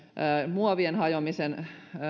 muovien hajoamisen